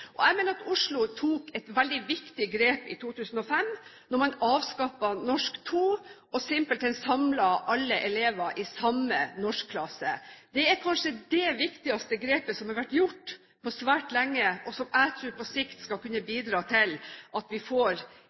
Jeg mener at Oslo tok et veldig viktig grep i 2005 da man avskaffet norsk 2 og simpelthen samlet alle elever i samme norskklasse. Det er kanskje det viktigste grepet som har vært gjort på svært lenge, og som jeg tror på sikt skal kunne bidra til at vi i fremtiden får